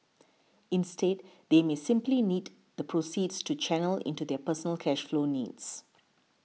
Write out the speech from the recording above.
instead they may simply need the proceeds to channel into their personal cash flow needs